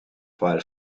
file